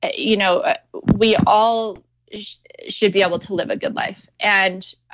ah you know ah we all should be able to live a good life. and